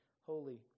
holy